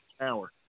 hour